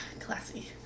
classy